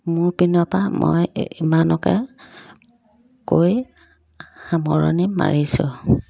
মোৰ পিনৰপৰা মই ইমানকে কৈ সামৰণি মাৰিছোঁ